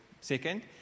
second